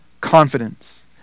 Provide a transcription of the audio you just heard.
confidence